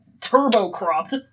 turbo-cropped